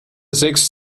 sechs